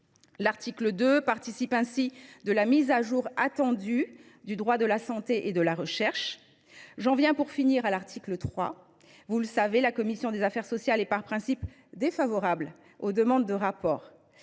L’article 2 participe ainsi de la mise à jour attendue du droit de la santé et de la recherche. J’en viens à l’article 3. Vous le savez, la commission des affaires sociales est par principe défavorable aux demandes de rapport.